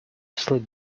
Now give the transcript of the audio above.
slip